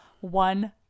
one